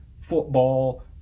football